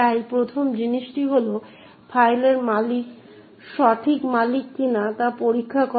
তাই প্রথম জিনিসটি হল ফাইলের মালিক সঠিক মালিক কিনা তা পরীক্ষা করা